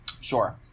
Sure